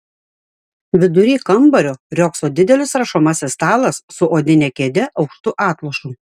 vidury kambario riogso didelis rašomasis stalas su odine kėde aukštu atlošu